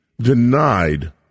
denied